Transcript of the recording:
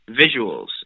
visuals